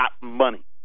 money